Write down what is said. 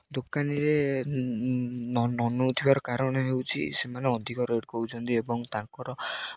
ଦୋକାନୀରେ ନ ନ ନେଉଥିବ କାରଣ ହେଉଛି ସେମାନେ ଅଧିକ ରେଟ୍ କହୁଛନ୍ତି ଏବଂ ତାଙ୍କର